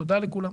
תודה לכולם.